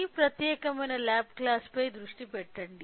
ఈ ప్రత్యేక lab class పై దృష్టి పెట్టండి